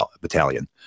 battalion